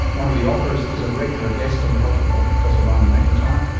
one of the authors is a regular guest on the health report, professor raina macintyre,